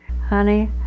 Honey